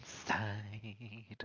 inside